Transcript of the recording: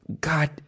God